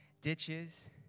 Ditches